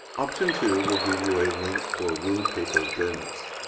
option two will give you a link for wou paper journals.